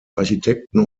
architekten